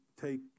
take